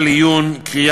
אדוני יושב-ראש הכנסת,